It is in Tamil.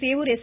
சேவூர் எஸ்